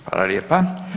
Hvala lijepa.